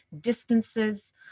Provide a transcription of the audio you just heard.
distances